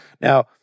Now